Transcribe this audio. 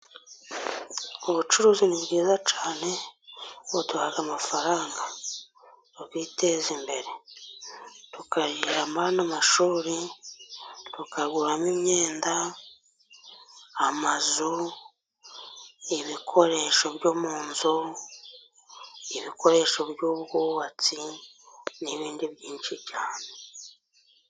Ubucuruzi ni bwiza cyane, buduhaha amafaranga yo kwiteza imbere. Tukarihamo n'amashuri, tukaguramo imyenda, amazu, ibikoresho byo mu nzu, ibikoresho by'ubwubatsi, n'ibindi byinshi cyane.